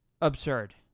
absurd